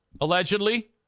allegedly